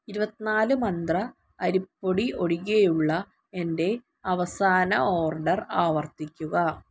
ഇരുപത്തിനാല് മന്ത്ര അരിപ്പൊടി ഒഴികെയുള്ള എന്റെ അവസാന ഓർഡർ ആവർത്തിക്കുക